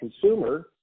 consumer